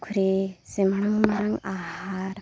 ᱯᱩᱠᱷᱨᱤ ᱥᱮ ᱢᱟᱨᱟᱝ ᱢᱟᱨᱟᱝ ᱟᱦᱟᱨ